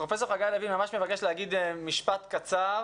פרופסור חגי לוין מבקש לומר משפט קצר.